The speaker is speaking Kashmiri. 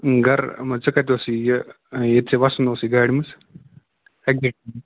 گَرٕ اَما ژےٚ کَتہِ اوسُے یہِ یہِ ییٚتہِ ژےٚ وَسُن اوسُے گاڑِ مَنٛز ایٚگزیٚکٹلی